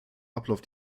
ablauf